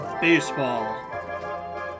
Baseball